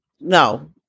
No